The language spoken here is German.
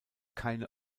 keine